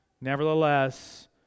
Nevertheless